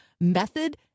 method